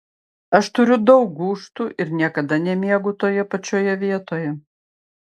aš turiu daug gūžtų ir niekada nemiegu toje pačioje vietoje